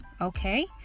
okay